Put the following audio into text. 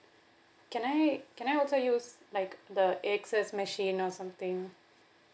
can I can I also use like the A_X_S machine or something